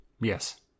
Yes